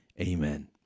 amen